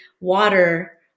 water